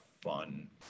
fun